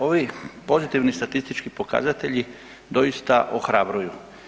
Ovi pozitivni statistički pokazatelji doista ohrabruju.